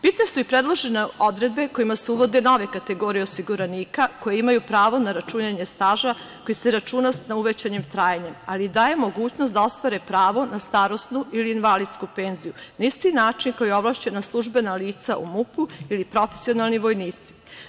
Bitne su i predložene odredbe kojima se uvode nove kategorije osiguranika koji imaju pravo na računanje staža, a koji se računa sa uvećanim trajanjem, ali daje mogućnost da ostvare pravo na starosnu ili invalidsku penziju na isti način kao ovlašćena službena lica u MUP ili profesionalni vojnici.